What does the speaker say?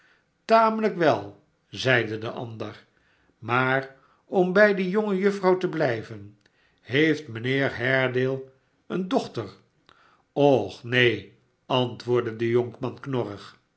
tamelijk wel zeide de ander maar om bij die jonge juffrouw te blijven heeft mijnheer haredale eene dochter och neen antwoordde de jonkman knorrig